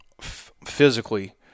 physically